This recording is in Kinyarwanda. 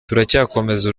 turacyakomeza